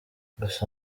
gusa